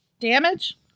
Damage